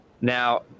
Now